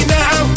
now